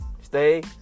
Stay